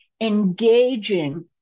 engaging